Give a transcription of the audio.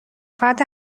فرد